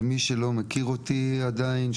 למי שלא מכיר אותי עדיין,